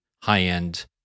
high-end